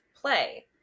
play